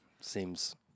seems